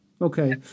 Okay